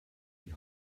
die